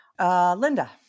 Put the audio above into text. Linda